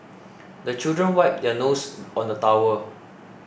the children wipe their noses on the towel